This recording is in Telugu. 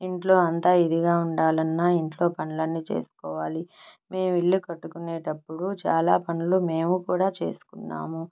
ఇంట్లో అంతా ఇదిగా ఉండాలన్నా ఇంట్లో పనులన్నీ చేసుకోవాలి మేము ఇల్లు కట్టుకునేటప్పుడు చాలా పనులు మేము కూడా చేసుకున్నాము